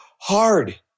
hard